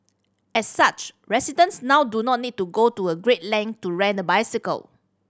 as such residents now do not need to go to a great length to rent a bicycle